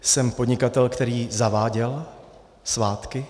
Jsem podnikatel, který zaváděl svátky.